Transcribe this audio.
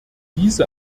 diese